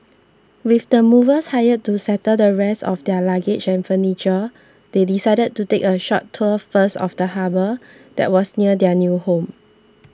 with the movers hired to settle the rest of their luggage and furniture they decided to take a short tour first of the harbour that was near their new home